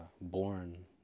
born